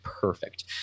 perfect